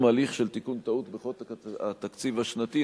הליך של תיקון טעות בחוק התקציב השנתי,